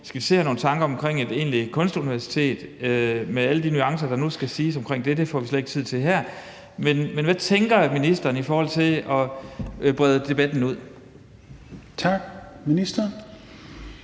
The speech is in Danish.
skitserer vi nogle tanker omkring et egentlig kunstuniversitet med alle de nuancer, der skal nævnes i forhold til det, men det får vi slet ikke tid til her. Men hvad tænker ministeren i forhold til at brede debatten ud? Kl. 17:24 Tredje